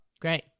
Great